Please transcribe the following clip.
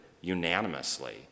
unanimously